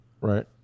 Right